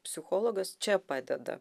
psichologas čia padeda